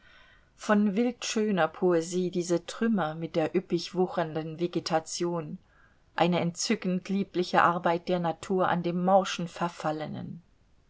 von wildschöner poesie diese trümmer mit der üppig wuchernden vegetation eine entzückend liebliche arbeit der natur an dem morschen verfallenen